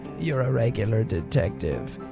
you're a regular detective.